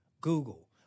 Google